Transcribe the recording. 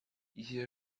一些